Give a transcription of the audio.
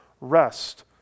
rest